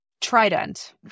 trident